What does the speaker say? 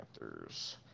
Panthers